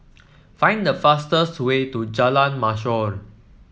find the fastest way to Jalan Mashor